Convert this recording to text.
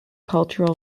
cultural